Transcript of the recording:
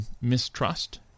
mistrust